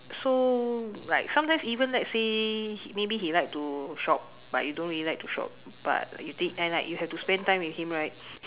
so like sometimes even let's say maybe he like to shop but you don't really like to shop but you think and like you had to spent time with him right